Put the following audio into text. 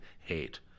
Hate